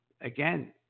again